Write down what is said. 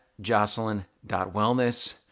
jocelyn.wellness